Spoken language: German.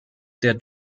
der